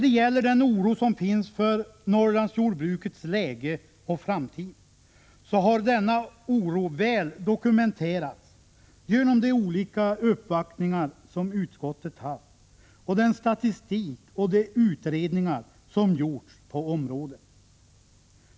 Beträffande den oro som finns för Norrlandsjordbrukets läge och framtid har denna väl dokumenterats genom de olika uppvaktningar som utskottet haft och den statistik och de utredningar som gjorts på området.